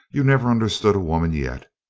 you never understood a woman yet.